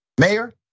Mayor